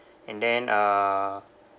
and then uh